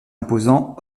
imposant